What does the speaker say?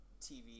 tv